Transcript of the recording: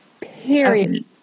period